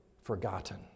forgotten